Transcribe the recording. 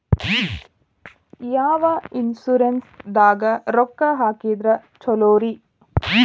ಯಾವ ಇನ್ಶೂರೆನ್ಸ್ ದಾಗ ರೊಕ್ಕ ಹಾಕಿದ್ರ ಛಲೋರಿ?